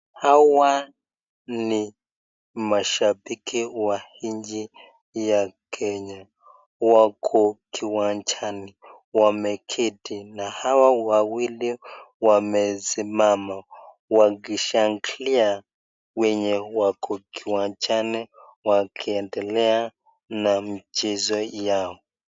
Hawa ni mashabiki wa nchi ya Kenya. Wako kiwanjani wameketi, na hawa wawili wamesimama wakiwashangilia wale walio uwanjani wakiendelea na michezo yao.